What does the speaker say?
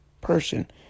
person